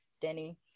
Denny